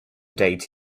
date